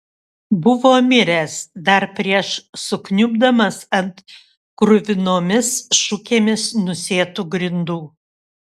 buvo miręs dar prieš sukniubdamas ant kruvinomis šukėmis nusėtų grindų